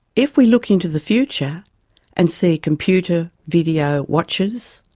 if we look into the future and see computer video watches,